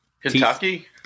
Kentucky